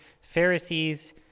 Pharisees